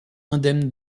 indemne